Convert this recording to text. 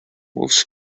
moves